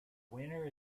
winner